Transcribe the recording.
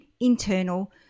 internal